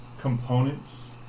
components